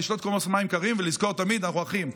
לשתות כוס מים קרים ולזכור תמיד: אנחנו אחים.